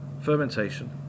fermentation